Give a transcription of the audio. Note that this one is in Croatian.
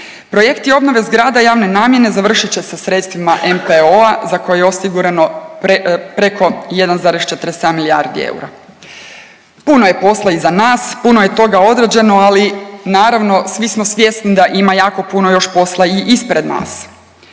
Projekti obnove zgrada javne namjene završit će se sredstvima NPO-a za koja je osigurano preko 1,47 milijardi eura. Puno je posla iza nas, puno je toga odrađeno, ali naravno svi smo svjesni da ima jako puno još posla i ispred nas.